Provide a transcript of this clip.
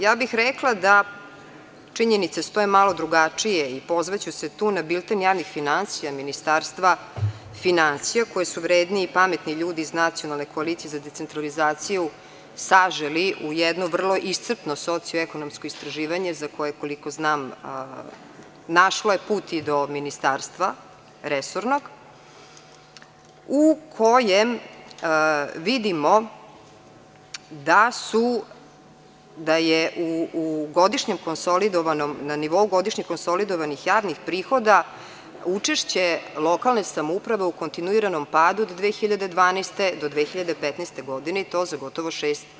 Ja bih rekla da činjenice stoje malo drugačije i pozvaću se tu na bilten javnih finansija Ministarstva finansija, koje su vredni i pametni ljudi iz Nacionalne koalicije za decentralizaciju saželi u jedno vrlo socioekonomsko istraživanje, koje, koliko znam, našlo je put i do Ministarstva, resornog, u kojem vidimo da je na nivou godišnje konsolidovanih javnih prihoda učešće lokalne samouprave u kontinuiranom padu od 2012. do 2015. godine, i to za gotovo 6%